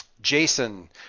Jason